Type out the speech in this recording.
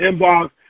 inbox